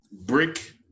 brick